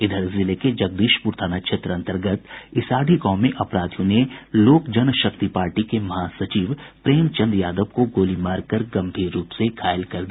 इधर जिले के जगदीशपुर थाना क्षेत्र अंतर्गत इसाढ़ी गांव में अपराधियों ने लोक जनशक्ति पार्टी के महासचिव प्रेमचंद यादव को गोली मारकर गंभीर रूप से घायल कर दिया